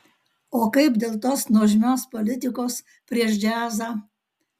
o kaip dėl tos nuožmios politikos prieš džiazą